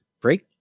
break